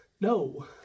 No